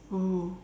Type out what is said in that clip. oh